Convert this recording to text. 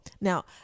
now